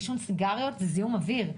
עישון סיגריות זה זיהום אוויר,